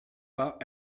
pas